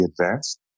advanced